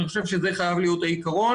אני חושב שזה חייב להיות העיקרון.